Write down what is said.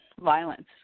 violence